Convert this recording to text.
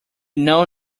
now